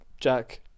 Jack